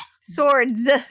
Swords